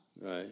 Right